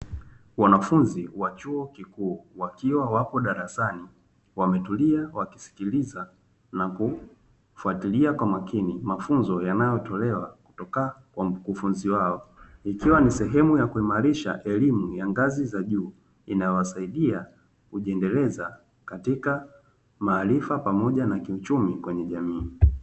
Wanafunzi wa chuo kikuu wakiwa wapo darasani wametulia na wakisikiliza na kufuatilia kwa makini mafunzo yanayotolewa kutoka kwa mkufunzi wao, ikiwa ni sehemu ya kuimarisha elimu ya ngazi za juu inayowasaidia kujiendeleza katika maarifa pamoja na kiuchumi kwenye jamii.